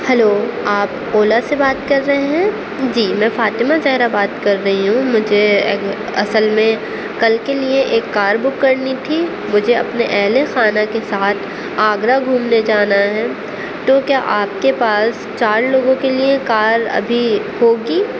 hello آپ اولا سے بات کر رہے ہیں جی میں فاطمہ زہرہ بات کر رہی ہوں مجھے اصل میں کل کے لیے ایک کار بک کرنی تھی مجھے اپنے اہل خانہ کے ساتھ آگرہ گھومنے جانا ہے تو کیا آپ کے پاس چار لوگوں کے لیے کار ابھی ہوگی